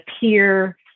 peer